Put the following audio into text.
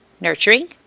nurturing